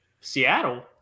Seattle